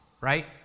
right